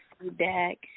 feedback